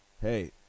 hey